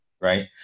Right